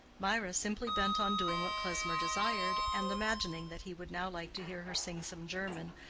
mirah, simply bent on doing what klesmer desired, and imagining that he would now like to hear her sing some german,